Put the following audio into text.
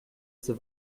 ses